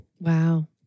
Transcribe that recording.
Wow